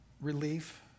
relief